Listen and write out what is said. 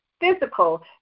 physical